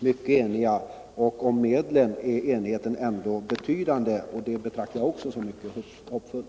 synnerligen eniga och om medlen är enigheten betydande. Också detta betraktar jag som hoppfullt.